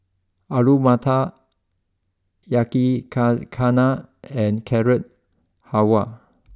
Alu Matar Yakizakana and Carrot Halwa